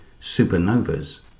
supernovas